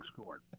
scored